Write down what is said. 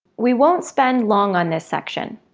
we won't spend long on this section.